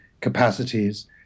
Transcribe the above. capacities